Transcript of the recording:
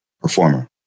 performer